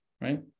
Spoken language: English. right